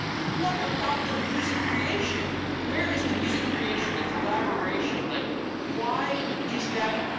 what about the music creation? where is the music creation? the collaboration? like why is that